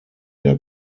der